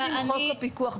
כבאות,